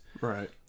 Right